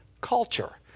culture